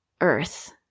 earth